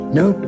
no